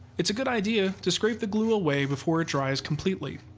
it's a good idea to scrape the glue away before it dries completely.